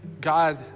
God